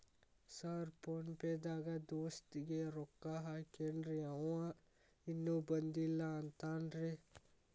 Sir PhonePe ದಾಗ ದೋಸ್ತ್ ಗೆ ರೊಕ್ಕಾ ಹಾಕೇನ್ರಿ ಅಂವ ಇನ್ನು ಬಂದಿಲ್ಲಾ ಅಂತಾನ್ರೇ?